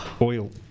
oil